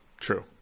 True